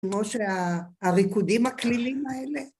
כמו שהריקודים הקלילים האלה.